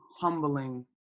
humbling